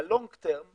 בטווח הארוך